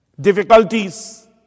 difficulties